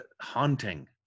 haunting